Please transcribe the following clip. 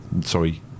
sorry